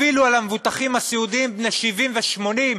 אפילו על המבוטחים הסיעודיים בני 70 ו-80,